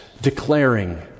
declaring